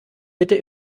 bitte